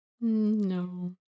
No